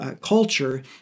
Culture